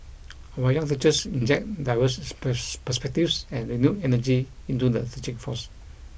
our young teachers inject diverse perspectives and renewed energy into the teaching force